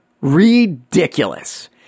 ridiculous